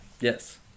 Yes